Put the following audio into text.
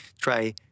try